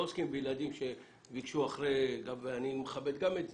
לא עוסקים בילדים שאחרי שעות התקן ואני מכבד גם את זה,